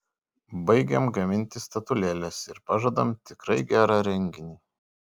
baigiam gaminti statulėles ir pažadam tikrai gerą renginį